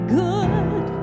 good